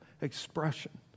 expression